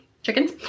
chickens